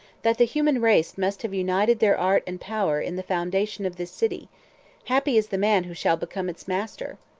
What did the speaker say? that the human race must have united their art and power in the foundation of this city happy is the man who shall become its master!